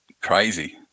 crazy